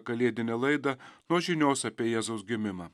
kalėdinę laidą nuo žinios apie jėzaus gimimą